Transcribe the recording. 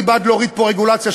אני בעד להוריד פה רגולציה.